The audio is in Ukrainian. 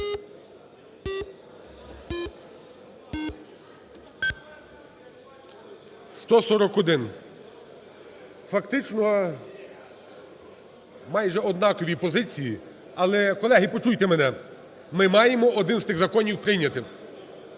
За-141 Фактично майже однакові позиції, але - колеги, почуйте мене – ми маємо один з тих законів прийняти,